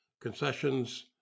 concessions